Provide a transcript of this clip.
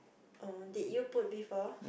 oh did you put before